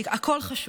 כי הכול חשוב,